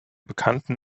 bekannten